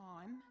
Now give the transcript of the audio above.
time